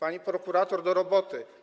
Pani prokurator, do roboty.